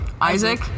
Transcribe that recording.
Isaac